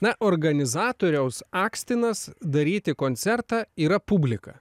na organizatoriaus akstinas daryti koncertą yra publika